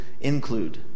include